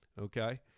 Okay